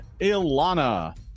ilana